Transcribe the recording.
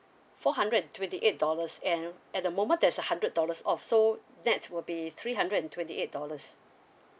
four hundred and twenty eight dollars and at the moment there's a hundred dollars off so nett will be three hundred and twenty eight dollars